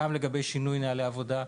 גם לשינוי בנהלי העבודה,